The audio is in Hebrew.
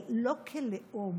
אבל לא כלאום.